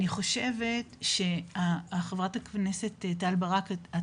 אני חושבת שמה שאמרה חברת הכנסת קרן ברק זה